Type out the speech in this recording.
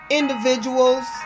individuals